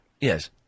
Yes